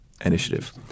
initiative